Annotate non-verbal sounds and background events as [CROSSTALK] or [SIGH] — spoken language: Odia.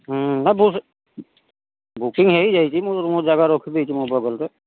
[UNINTELLIGIBLE] ବୁକିଂ ହେଇଯାଇଛି ମୁଁ ମୋର ଜାଗା ରଖି ଦେଇଚି ମୋ ବଗଲ୍ରେ